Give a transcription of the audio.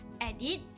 Edit